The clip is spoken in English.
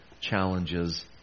challenges